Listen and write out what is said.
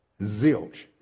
Zilch